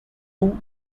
two